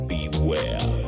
Beware